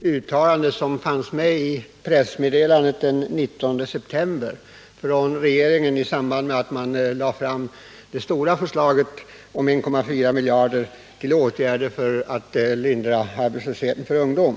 uttalande som finns i regeringens pressmeddelande från den 19 september i samband med att regeringen lade fram det stora förslaget om 1,4 miljarder till åtgärder för att lindra arbetslösheten för ungdom.